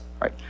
right